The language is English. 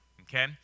okay